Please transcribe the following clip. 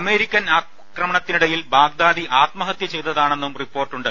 American ആക്രമണത്തിനി ടയിൽ Baghdadi ആത്മഹത്യ ചെയ്തതാണെന്നും റിപ്പോർട്ടു ണ്ട്